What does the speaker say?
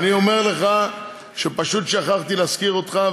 אני אומר לך שפשוט שכחתי להזכיר אותך,